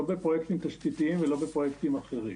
לא בפרויקטים תשתיתיים ולא בפרויקטים אחרים,